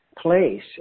place